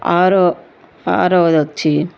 ఆరో ఆరవది వచ్చి